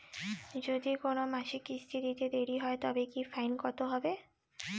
যদি কোন মাসে কিস্তি দিতে দেরি হয় তবে কি ফাইন কতহবে?